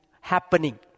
happening